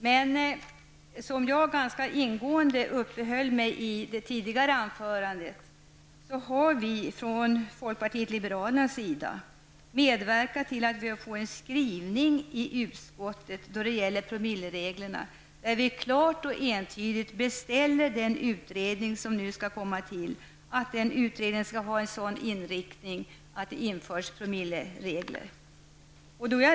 Jag uppehöll mig ganska ingående i mitt tidigare anförande vid att vi från folkpartiet liberalernas sida medverkat till att få en skrivning i utskottets betänkande när det gäller promillereglerna som innebär att vi klart och entydigt beställer den utredning som nu skall tillsättas och att den utredningen skall ha en sådan inriktning att promilleregler införs.